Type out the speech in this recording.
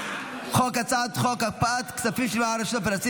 אני קובע כי הצעת חוק הקפאת כספים ששילמה הרשות הפלסטינית